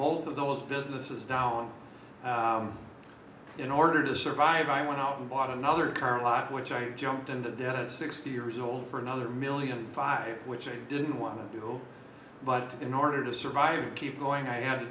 both of those businesses down in order to survive i went out and bought another car lot of which i jumped into debt at sixty years old for another million five which i didn't want to do but in order to survive and keep going i had to